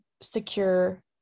secure